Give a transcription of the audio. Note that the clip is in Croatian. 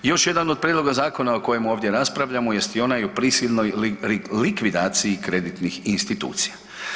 Još jedan od prijedloga zakona o kojemu ovdje raspravljamo jest i onaj o prisilnoj likvidaciji kreditnih institucija.